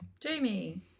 Jamie